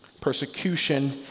Persecution